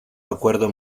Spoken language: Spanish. acuerdo